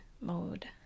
mode